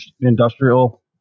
industrial